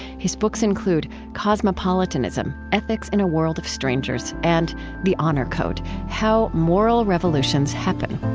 his books include cosmopolitanism ethics in a world of strangers and the honor code how moral revolutions happen